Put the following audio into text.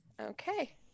Okay